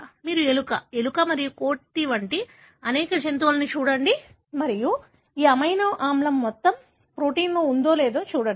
మీరు ఎలుక ఎలుక మరియు కోతి వంటి అనేక జంతువులను చూడండి మరియు ఈ అమైనో ఆమ్లం మొత్తం ప్రోటీన్లో ఉందో లేదో చూడండి